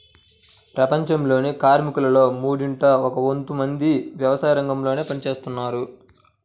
ప్రపంచంలోని కార్మికులలో మూడింట ఒక వంతు మంది వ్యవసాయరంగంలో పని చేస్తున్నారు